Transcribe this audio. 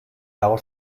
lago